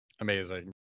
amazing